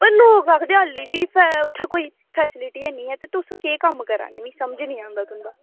ते लोग आक्खदे की ऐल्ली बी उत्थें कोई फेस्लिटी निं ऐ तुस केह् कम्म करा नै मिगी समझ निं आंदा तुंदा